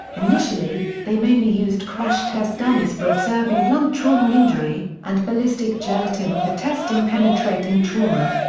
initially, they mainly used crash test dummies for observing blunt trauma injury, and ballistic gelatin for testing penetrating trauma.